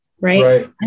Right